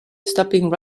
stopping